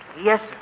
Yes